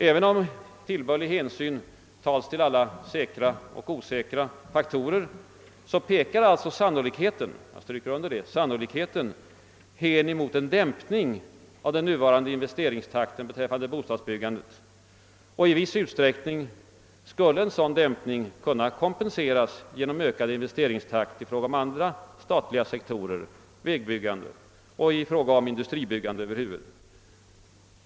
Även om tillbörlig hänsyn tas till alla säkra och osäkra faktorer pekar sannolikheten — jag stryker under det — hän mot en dämpning av den nuvarande investeringstakten beträffande bostadsbyggandet. I viss utsträckning skulle en sådan dämpning kunna kompenseras genom ökad investeringstakt i fråga om statliga sektorer, vägbyggande och i fråga om industribyggande över huvud taget.